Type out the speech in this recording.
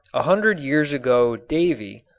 a hundred years ago davy,